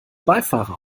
beifahrer